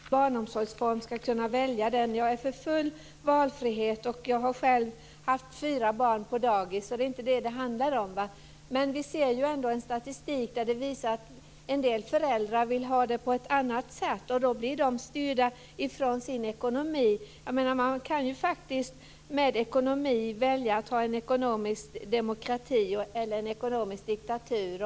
Fru talman! Jag håller med om att de som så vill ska kunna välja en viss barnomsorgsform. Jag är för full valfrihet. Själv har jag haft fyra barn på dagis så det är inte det som det handlar om. Av statistik framgår dock att en del föräldrar vill ha det på ett annat sätt. Då blir de styrda ifrån sin ekonomi. Man kan ju faktiskt när det gäller ekonomin välja mellan ekonomisk demokrati och ekonomisk diktatur.